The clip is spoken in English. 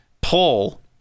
pull